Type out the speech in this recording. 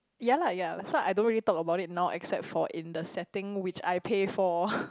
ya lah ya so I don't really talk about it now except for in the setting which I pay for